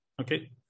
okay